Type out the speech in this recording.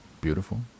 beautiful